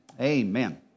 Amen